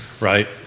right